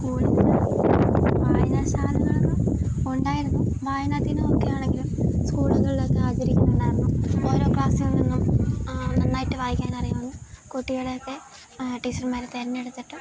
സ്കൂളില് വായനാശാലകളൊക്കെ ഉണ്ടായിരുന്നു വായനാദിനവുമൊക്കെയാണെങ്കിലും സ്കൂളുകളിലൊക്കെ ആചരിക്കുന്നുണ്ടായിരുന്നു ഓരോ ക്ലാസ്സുകളില് നിന്നും നന്നായിട്ട് വായിക്കാനറിയാവുന്ന കുട്ടികളെയൊക്കെ ടീച്ചർമാര് തെരഞ്ഞെടുത്തിട്ട്